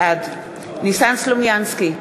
בעד ניסן סלומינסקי,